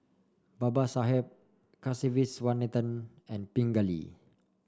Babasaheb Kasiviswanathan and Pingali